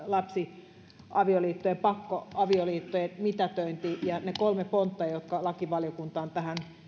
lapsiavioliittojen pakkoavioliittojen mitätöinti ja ne kolme pontta jotka lakivaliokunta on tähän